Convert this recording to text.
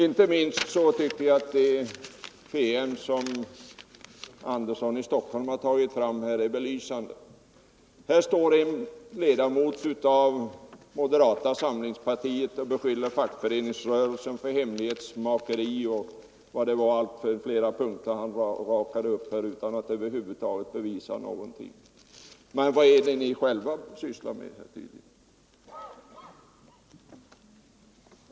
Den PM som Sten Andersson i Stockholm har tagit fram tycker jag är belysande. Här stod en ledamot av moderata samlingspartiet och beskyllde fackföreningsrörelsen för hemlighetsmakeri och allt vad det var han räknade upp utan att över huvud taget bevisa någonting. Men vad är det ni själva sysslar med?